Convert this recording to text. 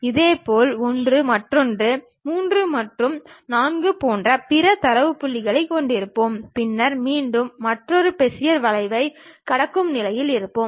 இதேபோல் ஒன்று மற்றொன்று மூன்று மற்றும் நான்கு போன்ற பிற தரவு புள்ளிகளைக் கொண்டிருப்போம் பின்னர் மீண்டும் மற்றொரு பெசியர் வளைவைக் கடக்கும் நிலையில் இருப்போம்